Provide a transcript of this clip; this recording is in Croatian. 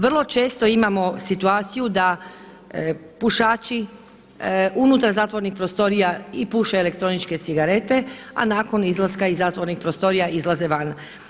Vrlo često imamo situaciju da pušači unutar zatvorenih prostorija puše i elektroničke cigarete, a nakon izlaska iz zatvorenih prostorija izlaze van.